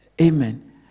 Amen